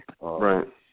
right